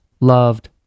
loved